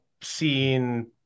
seen